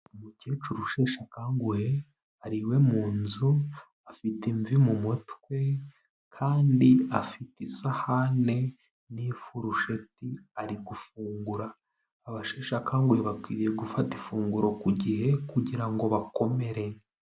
Umukecuru usheshe akanguhe, ari iwe mu nzu, afite imvi mu mutwe kandi afite isahani n'ifurusheti ari gufungura, abasheshe akanguhe bakwiye gufata ifunguro ku gihe kugira ngo bakomere.